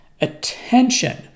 attention